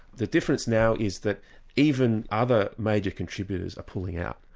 the difference now is that even other major contributors are pulling out.